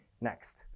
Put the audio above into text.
next